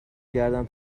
کردم